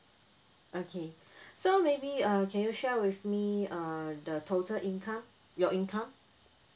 okay so maybe um can you share with me err the total income your income